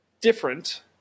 different